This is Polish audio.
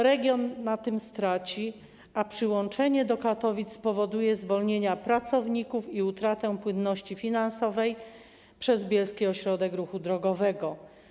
Region na tym straci, a przyłączenie do Katowic spowoduje zwolnienia pracowników i utratę płynności finansowej przez bielski ośrodek ruchu drogowego.